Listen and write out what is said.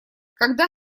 когда